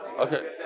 Okay